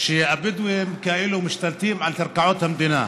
שהבדואים כאילו משתלטים על קרקעות המדינה.